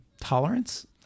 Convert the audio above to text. tolerance